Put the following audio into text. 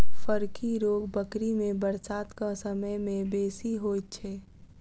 फड़की रोग बकरी मे बरसातक समय मे बेसी होइत छै